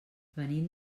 venim